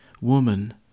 Woman